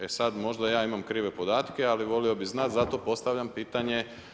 E sad, možda ja imam krive podatke ali volio bi znat zato postavljam pitanje.